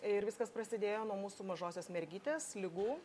ir viskas prasidėjo nuo mūsų mažosios mergytės ligų